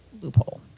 loophole